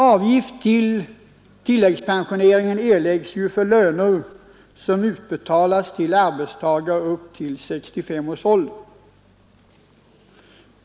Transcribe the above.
Avgift till tilläggspensioneringen erläggs för löner som utbetalas till arbetstagare upp till 65 års ålder.